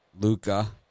Luca